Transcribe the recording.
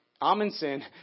Amundsen